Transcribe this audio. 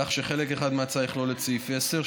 כך שחלק אחד מההצעה יכלול את סעיף 10,